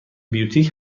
بیوتیک